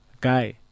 guy